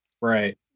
Right